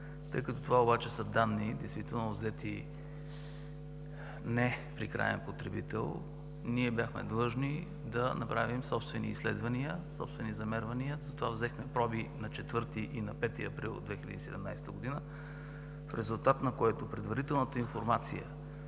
Тъй като това обаче са данни действително взети не при краен потребител, ние бяхме длъжни да направим собствени изследвания, собствени замервания, затова взехме проби на 4-и и 5 април 2017 г., в резултат на което предварителната информация